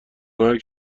مرگ